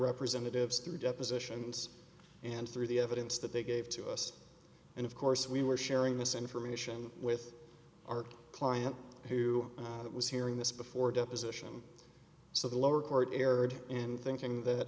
representatives through depositions and through the evidence that they gave to us and of course we were sharing this information with our client who was hearing this before deposition so the lower court erred and thinking that